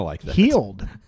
healed